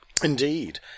Indeed